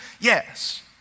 Yes